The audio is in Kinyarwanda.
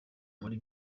muri